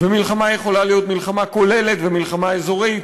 ומלחמה יכולה להיות מלחמה כוללת ומלחמה אזורית.